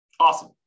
Awesome